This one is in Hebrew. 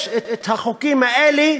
יש החוקים האלה,